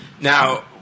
Now